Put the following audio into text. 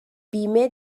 بیمه